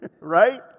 Right